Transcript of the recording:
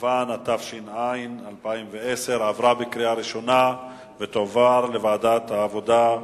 (תיקון), התש"ע 2010, לוועדת העבודה,